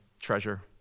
treasure